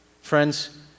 Friends